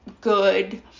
good